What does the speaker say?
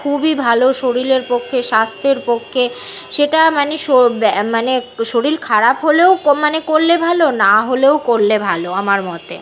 খুবই ভালো শরীরের পক্ষে স্বাস্থ্যের পক্ষে সেটা মানে মানে শরীর খারাপ হলেও মানে করলে ভালো না হলেও করলে ভালো আমার মতে